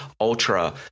ultra